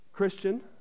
Christian